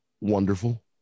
wonderful